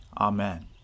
Amen